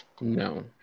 No